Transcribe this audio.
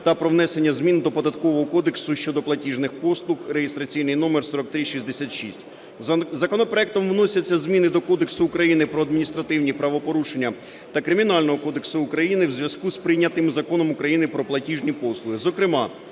та про внесення змін до Податкового кодексу щодо платіжних послуг (реєстраційний номер 4366). Законопроектом вносяться зміни до Кодексу України про адміністративні правопорушення та Кримінального кодексу України в зв'язку з прийнятим Законом України "Про платіжні послуги".